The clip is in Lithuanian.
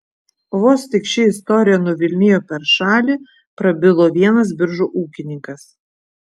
vos tik ši istorija nuvilnijo per šalį prabilo vienas biržų ūkininkas